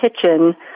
kitchen